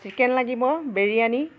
chicken লাগিব বিৰিয়ানি